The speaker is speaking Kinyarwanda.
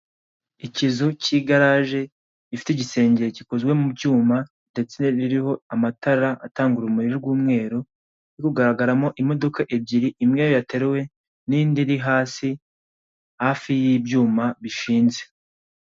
Ikizu k'igaraje gifite igisenge gikozwe mu byuma ndetse ririho amatara atanga urumuri rw'umweru rugaragaramo imodoka ebyiri, imwe yateruwe n'indi iri hasi hafi y'ibyuma bishinze.